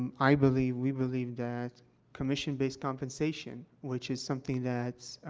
um i believe, we believe, that commission-based compensation, which is something that, ah,